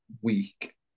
week